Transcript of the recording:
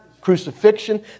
crucifixion